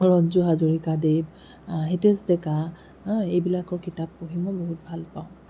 ৰঞ্জু হাজৰিকা দেৱ হিতেশ ডেকা এইবিলাকৰ কিতাপ পঢ়ি মই বহুত ভালপাওঁ